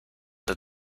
that